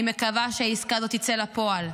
אני מקווה שהעסקה הזאת תצא לפועל,